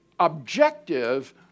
Objective